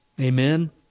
Amen